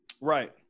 Right